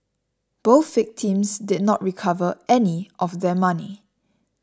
both victims did not recover any of their money